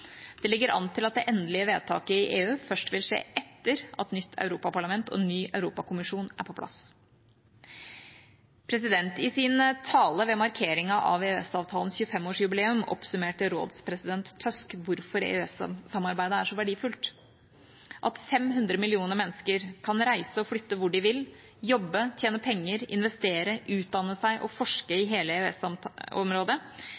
Det ligger an til at det endelige vedtaket i EU først vil skje etter at nytt europaparlament og ny europakommisjon er på plass. I sin tale ved markeringen av EØS-avtalens 25-årsjubileum oppsummerte rådspresident Tusk hvorfor EØS-samarbeidet er så verdifullt: At 500 millioner mennesker kan reise og flytte hvor de vil, jobbe, tjene penger, investere, utdanne seg og forske